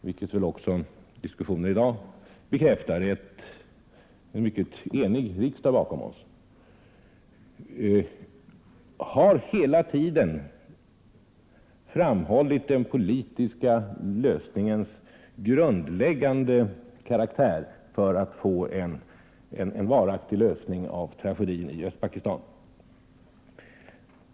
Herr talman! Vi har flera gånger under den gångna hösten haft tillfälle att diskutera FN:s verksamhet och FN:s möjligheter att ingripa i olika situationer. Jag tror också att alla som har följt FN:s verksamhet och kanske framför allt behandlingen av den östpakistanska frågan i FN i höst håller med mig, när jag säger att den utvecklingen har visat vilka oerhörda svårigheter som har förelegat att nå en bred anslutning till kravet på en politisk lösning. Den svenska regeringen — och vi har, vilket diskussionen i dag bekräftar, en mycket enig riksdag bakom oss — har hela tiden framhållit den politiska lösningens grundläggande karaktär för att få en varaktig lösning av tragedin i Östpakistan.